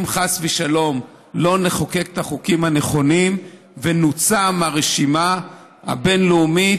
אם חס ושלום לא נחוקק את החוקים הנכונים ונוצא מהרשימה הבין-לאומית,